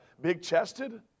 big-chested